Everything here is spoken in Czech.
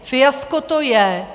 Fiasko to je.